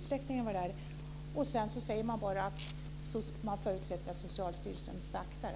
Sedan säger majoriteten att man förutsätter att Socialstyrelsen beaktar